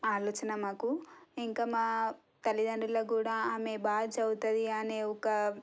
ఆలోచన మాకు ఇంకా మా తల్లిదండ్రులకు కూడా ఆమె బాగా చదువుతుంది అనే ఒక